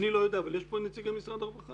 אני לא יודע אבל אני מניח שנמצא כאן נציג משרד הרווחה.